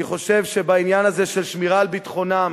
אני חושב שבעניין הזה של שמירה על ביטחונם